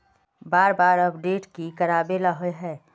बार बार अपडेट की कराबेला होय है?